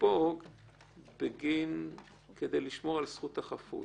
לספוג כדי לשמור על זכות החפות.